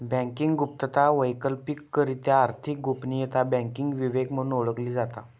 banking गुप्तता, वैकल्पिकरित्या आर्थिक गोपनीयता, बँकिंग विवेक म्हणून ओळखली जाता